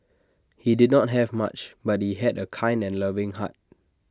he did not have much but he had A kind and loving heart